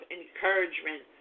encouragement